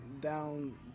Down